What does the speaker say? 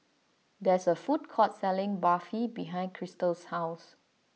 there is a food court selling Barfi behind Krystal's house